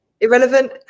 irrelevant